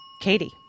Katie